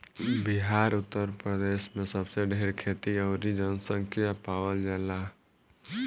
बिहार उतर प्रदेश मे सबसे ढेर खेती अउरी जनसँख्या पावल जाला